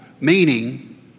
meaning